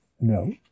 No